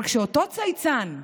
אבל כשאותו צייצן,